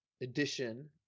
edition